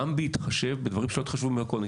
גם בהתחשב בדברים שלא התחשבו בהם קודם.